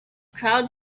crowd